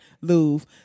Louvre